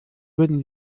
würden